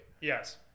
Yes